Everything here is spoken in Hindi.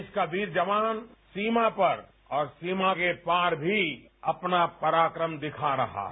देश का वीर जवान सीमा पर और सीमा के पार भी अपना पराक्रम दिखा रहा है